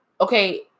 okay